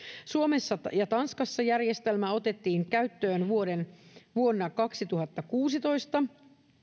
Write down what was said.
suomessa ja tanskassa järjestelmä otettiin käyttöön vuonna kaksituhattakuusitoista